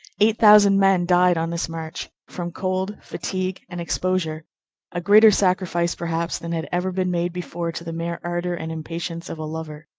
eight thousand men died on this march, from cold, fatigue, and exposure a greater sacrifice, perhaps, than had ever been made before to the mere ardor and impatience of a lover.